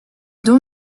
dons